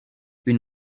une